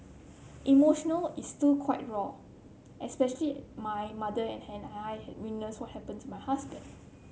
emotional it's still quite raw especially my mother and I had witnessed what happened to my husband